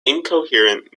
incoherent